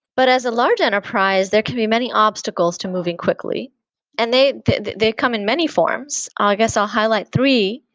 but as a large enterprise, there can be many obstacles to moving quickly and they they come in many forms. i guess i'll highlight three.